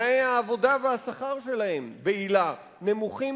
תנאי העבודה והשכר שלהם בהיל"ה נמוכים